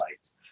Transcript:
sites